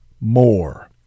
more